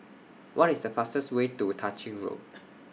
What IS The fastest Way to Tah Ching Road